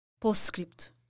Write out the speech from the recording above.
Postscript